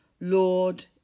Lord